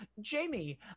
jamie